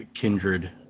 Kindred